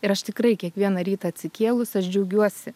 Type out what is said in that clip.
ir aš tikrai kiekvieną rytą atsikėlus aš džiaugiuosi